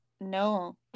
no